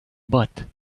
but